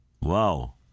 Wow